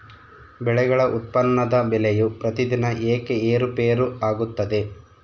ಬೆಳೆಗಳ ಉತ್ಪನ್ನದ ಬೆಲೆಯು ಪ್ರತಿದಿನ ಏಕೆ ಏರುಪೇರು ಆಗುತ್ತದೆ?